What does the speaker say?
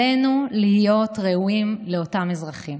עלינו להיות ראויים לאותם אזרחים,